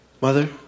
Mother